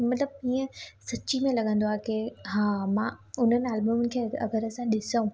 मतिलबु ईअं सची में लॻंदो आहे की हा मां हुननि एलबम खे अगरि असां ॾिसूं